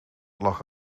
lag